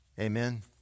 Amen